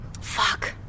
Fuck